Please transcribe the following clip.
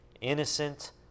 innocent